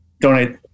donate